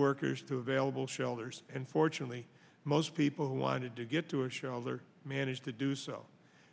workers to available shelters and fortunately most people who wanted to get to a shelter managed to do so